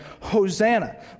Hosanna